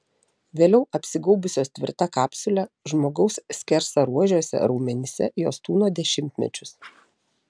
vėliau apsigaubusios tvirta kapsule žmogaus skersaruožiuose raumenyse jos tūno dešimtmečius